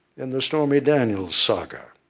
in the stormy daniels saga.